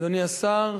אדוני השר,